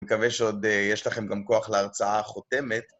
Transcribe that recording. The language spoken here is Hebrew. מקווה שעוד יש לכם גם כוח להרצאה החותמת.